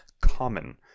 common